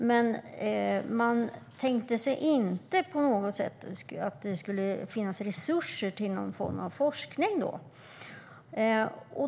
Men man ansåg inte att det skulle finnas resurser till någon form av forskning.